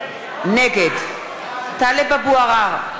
נגד טלב אבו עראר,